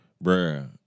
bro